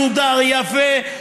המבנה בנוי, מסודר, יפה,